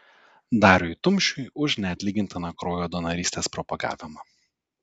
dariui tumšiui už neatlygintiną kraujo donorystės propagavimą